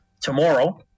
tomorrow